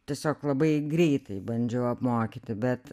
tiesiog labai greitai bandžiau apmokyti bet